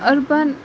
urban